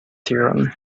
theorem